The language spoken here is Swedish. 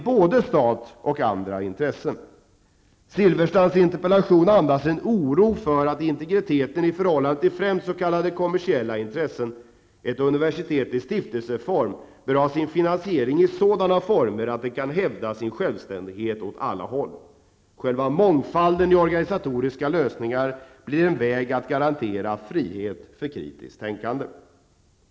Vilka fördelar skulle uppnås för de enskilda medborgarna, vilkas skatter skulle användas till en verksamhet som deras valda ombud ej skulle ha möjlighet att påverka? 3.